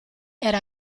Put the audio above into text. era